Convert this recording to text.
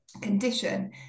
condition